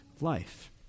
life